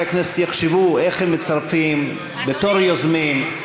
הכנסת יחשבו איך הם מצרפים בתור יוזמים,